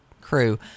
crew